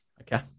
Okay